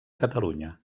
catalunya